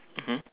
mmhmm